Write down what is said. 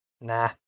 Nah